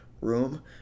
room